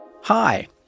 Hi